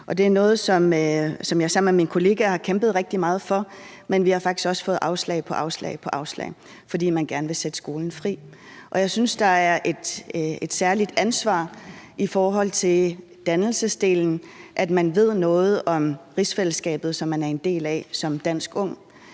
Det er noget, som jeg sammen med mine kollegaer har kæmpet rigtig meget for, men vi har faktisk fået afslag på afslag, fordi man gerne vil sætte skolen fri. Jeg synes, der er et særligt ansvar i forhold til dannelsesdelen for, at man ved noget om rigsfællesskabet, som man er en del af som dansk ung.